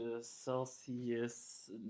Celsius